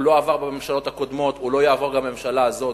הוא לא עבר בממשלות הקודמות והוא לא יעבור בממשלה הזאת.